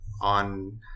on